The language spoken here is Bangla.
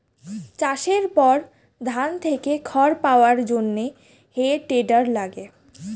চাষের পর ধান থেকে খড় পাওয়ার জন্যে হে টেডার লাগে